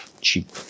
cheap